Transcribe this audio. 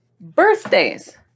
birthdays